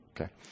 Okay